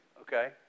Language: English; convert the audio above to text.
Okay